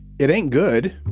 it ain't good.